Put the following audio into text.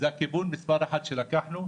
זה הכיוון מספר אחד שלקחנו,